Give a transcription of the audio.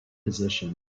position